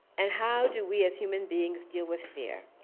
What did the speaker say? and how do we, as human beings, deal with fear?